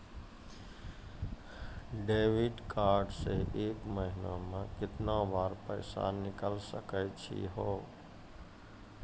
Debit card से एक महीना मा केतना बार पैसा निकल सकै छि हो?